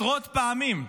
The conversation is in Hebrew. עשרות פעמים.